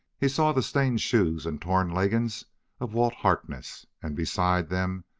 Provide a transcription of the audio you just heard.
he saw the stained shoes and torn leggings of walt harkness, and beside them,